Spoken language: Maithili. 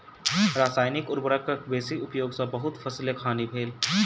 रसायनिक उर्वरक के बेसी उपयोग सॅ बहुत फसीलक हानि भेल